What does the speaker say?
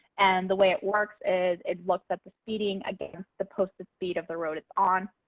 and the way it works is it looks at the speeding against the posted speed of the road it's on.